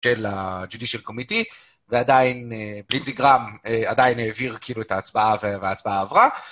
של ה-Judicial Committee ועדיין פלינסיגרם עדיין העביר כאילו את ההצבעה וההצבעה עברה.